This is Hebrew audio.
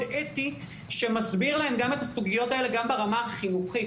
אתי שמסביר להם את הסוגיות האלה גם ברמה החינוכית.